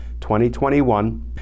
2021